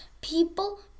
people